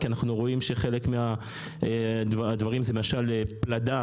כי אנחנו רואים שחלק מהדברים כמו למשל פלדה,